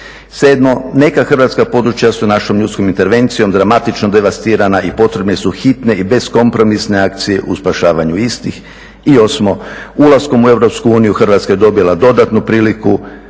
Sedmo, neka hrvatska područja su našom ljudskom intervencijom dramatično devastirana i potrebne su hitne i beskompromisne akcije u spašavanju istih. I osmo, ulaskom u EU Hrvatska je dobila dodatnu priliku,